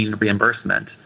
reimbursement